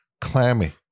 clammy